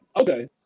Okay